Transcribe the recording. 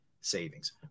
savings